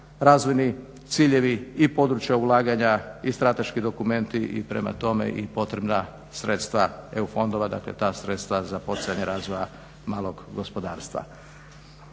razvojni ciljevi i područja ulaganja i strateški dokumenti i prema tome i potrebna sredstva EU fondova. Dakle, ta sredstva za poticanje razvoja malog gospodarstva.